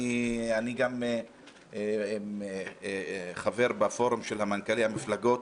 אני גם חבר בפורום של מנכ"לי המפלגות,